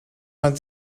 man